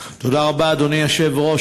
אדוני היושב-ראש,